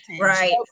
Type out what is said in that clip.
right